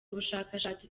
ubushakashatsi